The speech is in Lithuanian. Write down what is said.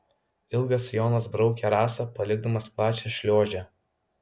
ilgas sijonas braukė rasą palikdamas plačią šliuožę